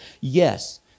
yes